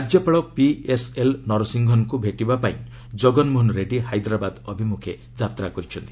ରାଜ୍ୟପାଳ ପିଏସ୍ଏଲ୍ ନରସିଂଘନଙ୍କୁ ଭେଟିବା ପାଇଁ କଗନମୋହନ ରେଡ଼ୀ ହାଇଦ୍ରାବାଦ୍ ଅଭିମୁଖେ ଯାତ୍ରା କରିଛନ୍ତି